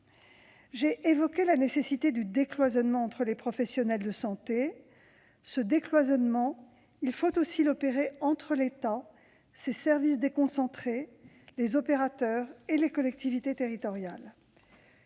J'ai évoqué la nécessité du décloisonnement entre les professionnels de santé ; ce décloisonnement, il faut aussi le mettre en oeuvre entre l'État, ses services déconcentrés, les opérateurs et les collectivités territoriales.